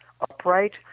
upright